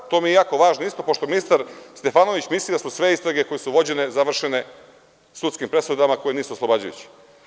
To mi je isto jako važno, pošto ministar Stefanović misli da su sve istrage koje su vođene završene sudskim presudama koje nisu oslobađajuće.